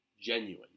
genuine